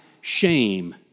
shame